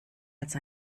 als